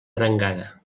arengada